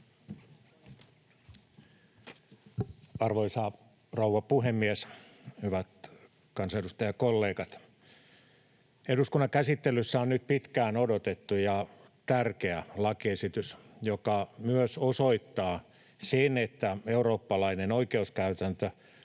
Arvoisa rouva puhemies! Hyvät kansanedustajakollegat! Eduskunnan käsittelyssä on nyt pitkään odotettu ja tärkeä lakiesitys, joka myös osoittaa sen, että eurooppalainen oikeuskäytäntö